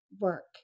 work